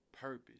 purpose